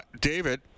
David